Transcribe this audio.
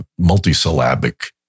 multisyllabic